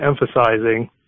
emphasizing